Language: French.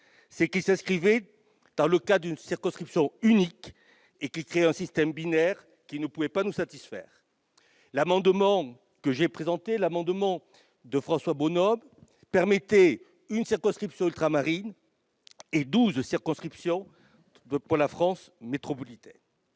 c'est qu'ils s'inscrivaient dans le cadre d'une circonscription unique, qui créait un système binaire ne pouvant pas nous satisfaire. L'amendement que j'ai présenté visait à créer une circonscription ultramarine et douze circonscriptions pour la France métropolitaine.